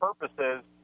purposes